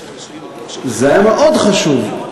זה היה מאוד חשוב,